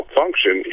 function